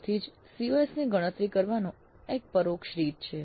તેથી જ COs ની ગણતરી કરવાની આ એક પરોક્ષ રીત છે